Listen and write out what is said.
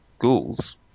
ghouls